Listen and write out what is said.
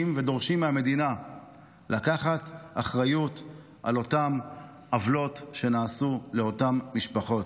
ודורשים מהמדינה לקחת אחריות על אותם עוולות שנעשו לאותן משפחות.